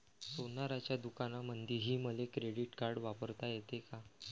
सोनाराच्या दुकानामंधीही मले क्रेडिट कार्ड वापरता येते का?